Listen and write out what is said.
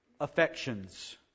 affections